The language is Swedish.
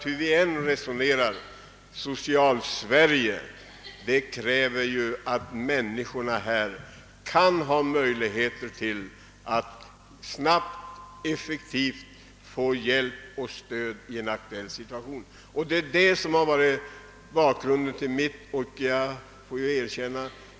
Hur vi än resonerar, så kräver vi i Socialsverige, att människorna skall ha möjlighet att snabbt och effektivt få hjälp och stöd i en situation av aktuellt vårdbehov. Detta har varit bakgrunden till mitt ställningstagande.